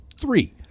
Three